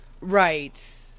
Right